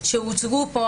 שהוצגו פה,